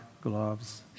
gloves